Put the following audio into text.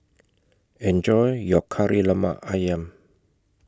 Enjoy your Kari Lemak Ayam